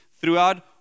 throughout